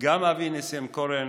אבי ניסנקורן